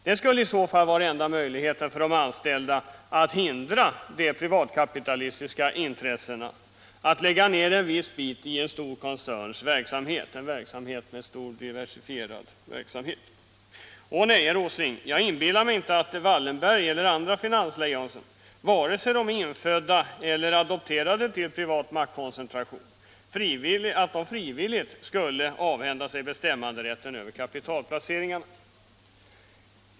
Det skulle i så fall vara enda möjligheten för de anställda att hindra de privatkapitalistiska intressena att lägga ner en viss bit i en stor koncerns diversifierade verksamhet. Ånej, herr Åsling, jag inbillar mig inte att Wallenberg eller andra finanslejon, vare sig de är infödda eller adopterade till privat maktkoncentration, frivilligt skulle avhända sig bestämmanderätten över kapitalplaceringarna.